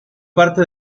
parte